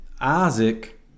Isaac